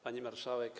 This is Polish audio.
Pani Marszałek!